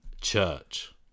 Church